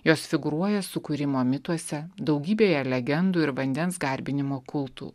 jos figūruoja sukūrimo mituose daugybėje legendų ir vandens garbinimo kultų